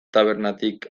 tabernatik